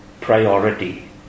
priority